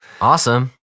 awesome